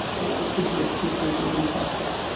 but it could be a contributing factor.